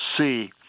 see